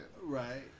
Right